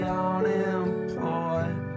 unemployed